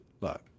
look